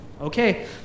Okay